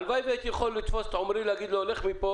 הלוואי ויכולתי לתפוס את עמרי בן חורין ולהגיד לו: לך מפה,